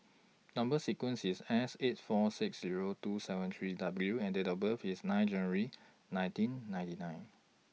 Number sequence IS S eight four six Zero two seven three W and Date of birth IS nine January nineteen ninety nine